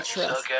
Trust